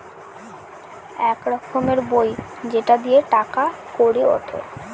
এক রকমের বই সেটা দিয়ে টাকা কড়ি উঠে